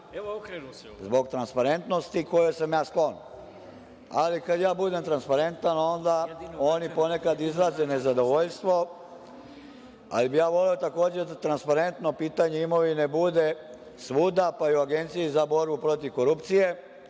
za ovaj amandman zbog transparentnosti kojoj sam sklon, ali kad ja budem transparentan, oni ponekad izraze nezadovoljstvo, ali bih voleo takođe da transparentno pitanje imovine bude svuda, pa i u Agenciji za borbu protiv korupcije,